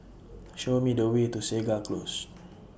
Show Me The Way to Segar Close